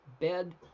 bed